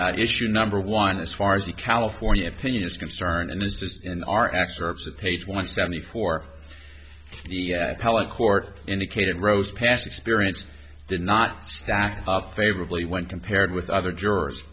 that issue number one as far as the california opinion is concerned is just in our excerpts of page one seventy four peleg court indicated rows past experience did not stack up favorably when compared with other jurors